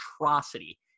atrocity